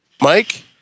Mike